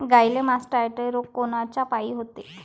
गाईले मासटायटय रोग कायच्यापाई होते?